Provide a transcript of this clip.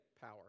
power